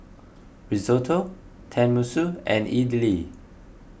Risotto Tenmusu and Idili